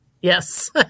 Yes